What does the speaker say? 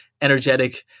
energetic